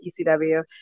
ECW